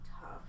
tough